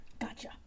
Gotcha